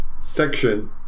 section